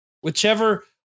whichever